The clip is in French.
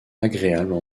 agréables